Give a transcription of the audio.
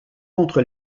contre